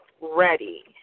ready